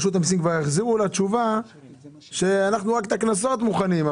רשות המיסים כבר החזירו לה תשובה שהם רק את הקנסות מוכנים.